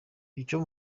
icyo